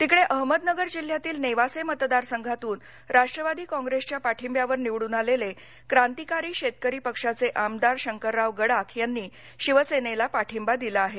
तिकडे अहमदनगर जिल्ह्यातील नेवासे मतदारसंघातुन राष्ट्रवादी काँग्रेसच्या पाठिंब्यावर निवडून आलेले क्रांतिकारी शेतकरी पक्षाचे आमदार शंकरराव गडाख यांनी शिवसेनेला पाठिंबा दिला आहे